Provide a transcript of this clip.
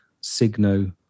signo